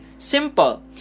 Simple